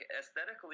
aesthetically